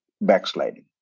backsliding